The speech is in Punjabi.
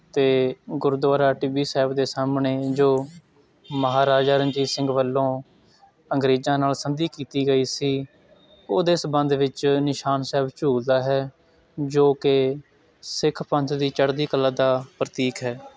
ਅਤੇ ਗੁਰਦੁਆਰਾ ਟਿੱਬੀ ਸਾਹਿਬ ਦੇ ਸਾਹਮਣੇ ਜੋ ਮਹਾਰਾਜਾ ਰਣਜੀਤ ਸਿੰਘ ਵੱਲੋਂ ਅੰਗਰੇਜ਼ਾਂ ਨਾਲ ਸੰਧੀ ਕੀਤੀ ਗਈ ਸੀ ਉਹਦੇ ਸੰਬੰਧ ਵਿੱਚ ਨਿਸ਼ਾਨ ਸਾਹਿਬ ਝੂਲਦਾ ਹੈ ਜੋ ਕਿ ਸਿੱਖ ਪੰਥ ਦੀ ਚੜ੍ਹਦੀ ਕਲਾ ਦਾ ਪ੍ਰਤੀਕ ਹੈ